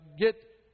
get